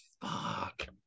fuck